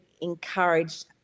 Encouraged